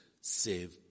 Save